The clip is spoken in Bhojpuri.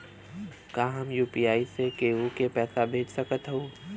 का हम यू.पी.आई से केहू के पैसा भेज सकत हई?